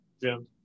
Jim